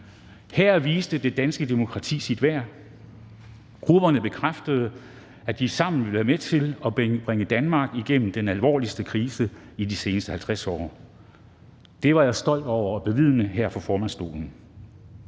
Her viste det danske demokrati sit værd: Grupperne bekræftede, at de sammen ville være med til at bringe Danmark igennem den alvorligste krise i de seneste 50 år. Det var jeg stolt over at bevidne her fra formandsstolen.